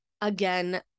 again